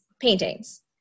paintings